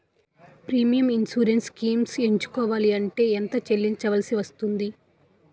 Premium insurance schemes ఎంచుకోవలంటే ఎంత చల్లించాల్సివస్తుంది??